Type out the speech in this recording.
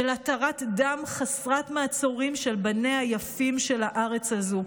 של התרת דם חסרת מעצורים של בניה היפים של הארץ הזו.